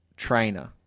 trainer